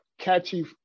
catchy